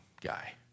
guy